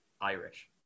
Irish